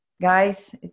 Guys